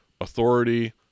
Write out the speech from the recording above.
authority